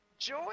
Joy